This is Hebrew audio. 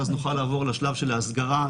ואז נוכל לעבור לשלב של ההסגרה.